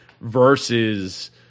Versus